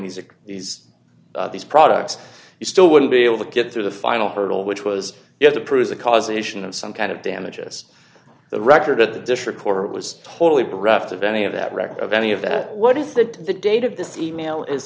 music these these products you still wouldn't be able to get through the final hurdle which was you have to prove the causation of some kind of damages the record at the district court was totally bereft of any of that record of any of that what if that the date of this e mail is